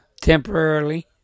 temporarily